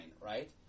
right